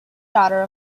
daughter